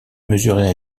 mesurer